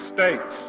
States